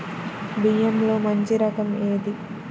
బియ్యంలో మంచి రకం ఏది?